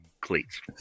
cleats